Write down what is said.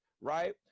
right